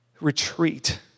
retreat